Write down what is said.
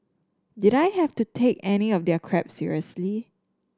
did I have to take any of their crap seriously